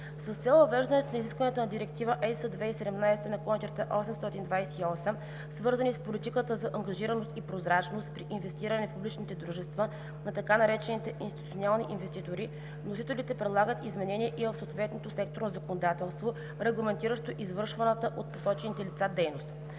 С цел въвеждане на изискванията на Директива (ЕС) 2017/828, свързани с политиката за ангажираност и прозрачността при инвестиране в публични дружества на така наречените институционални инвеститори, вносителите предлагат изменения и в съответното секторно законодателство, регламентиращо извършваната от посочените лица дейност.